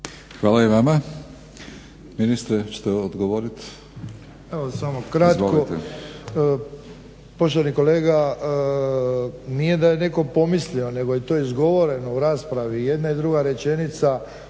Izvolite. **Ostojić, Ranko (SDP)** Evo samo kratko. Poštovani kolega, nije da je netko pomislio nego je to izgovoreno u raspravi i jedna i druga rečenica